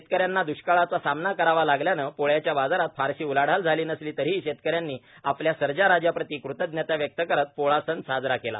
शेतकऱ्यांना दृष्काळाचा सामना करावा लागल्यानं पोळ्याच्या बाजारात फारशी उलाढाल झाली नसली तरीही शेतकऱ्यांनी आपल्या सर्जाराजा प्रति कृतज्ञता व्यक्त करीत पोळा सण साजरा केला